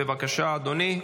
בבקשה, אדוני,